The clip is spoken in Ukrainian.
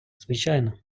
звичайно